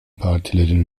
partilerin